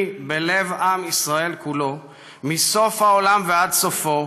בלב עם ישראל כולו מסוף העולם ועד סופו.